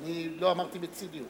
לא אמרתי בציניות.